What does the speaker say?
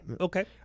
okay